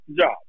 job